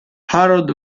harold